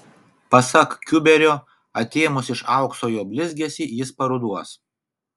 pasak kiuberio atėmus iš aukso jo blizgesį jis paruduos